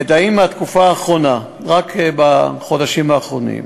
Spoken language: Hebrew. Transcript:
מידע מהתקופה האחרונה, רק מהחודשים האחרונים.